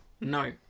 No